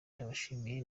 ndabashimiye